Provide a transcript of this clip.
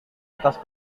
atas